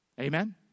Amen